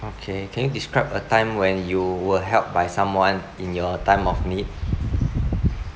okay can you describe a time when you were helped by someone in your time of need